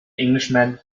englishman